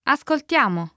Ascoltiamo